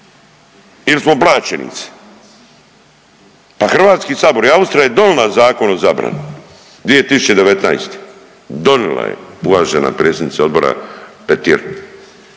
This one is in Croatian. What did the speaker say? Ili smo plaćenici. A Hrvatski sabor, i Austrija je donila zakon o zabrani 2019., donila je uvažena predsjednica odbora Petir.